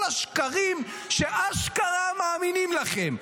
כל השקרים שאשכרה מאמינים לכם.